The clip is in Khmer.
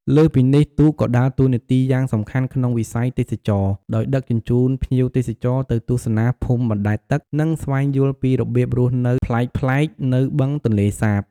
លើសពីនេះ ទូកក៏ដើរតួនាទីយ៉ាងសំខាន់ក្នុងវិស័យទេសចរណ៍ ដោយដឹកជញ្ជូនភ្ញៀវទេសចរទៅទស្សនាភូមិបណ្ដែតទឹក និងស្វែងយល់ពីរបៀបរស់នៅប្លែកៗនៅបឹងទន្លេសាប។